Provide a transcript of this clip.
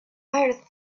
pirate